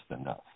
enough